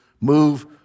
move